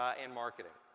ah and marketing.